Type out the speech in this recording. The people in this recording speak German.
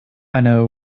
eine